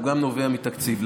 גם נובע מתקציב.